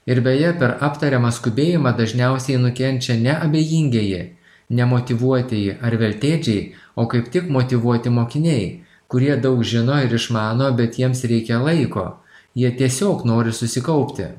ir beje per aptariamą skubėjimą dažniausiai nukenčia ne abejingieji ne motyvuotieji ar veltėdžiai o kaip tik motyvuoti mokiniai kurie daug žino ir išmano bet jiems reikia laiko jie tiesiog nori susikaupti